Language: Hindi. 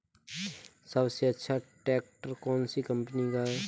सबसे अच्छा ट्रैक्टर कौन सी कम्पनी का है?